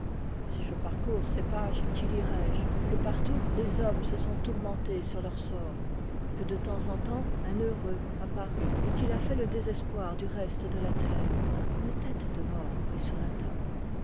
si je parcours ces pages qu'y lirai je que par tout les hommes se sont tourmentés sur leur sort que de temps en temps un heureux a paru et qu'il a fait le désespoir du reste de la terre k ke tête de mort est mr table